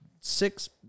six